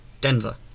Denver